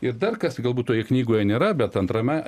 ir dar kas galbūt toje knygoje nėra bet antrame